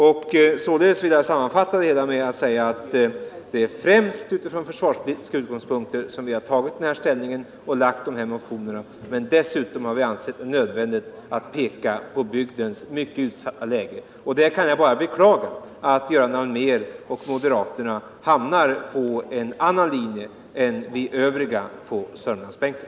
Jag vill sammanfatta med att säga att det är främst från försvarspolitiska utgångspunkter som vi har tagit ställning på detta sätt och väckt de här motionerna. Dessutom har vi ansett det nödvändigt att peka på bygdens mycket utsatta läge. Och jag kan bara beklaga att Göran Allmér och moderaterna hamnar på en annan linje än vi övriga på Sörmlandsbänken.